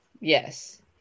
Yes